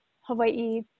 Hawaii